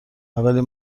اولین